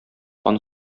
аны